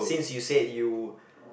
since you said you